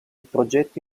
progetto